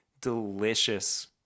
delicious